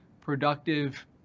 productive